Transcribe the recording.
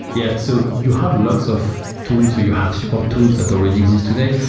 yeah. so you have lots of tools, so you have super tools that already exist today.